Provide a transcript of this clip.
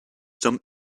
some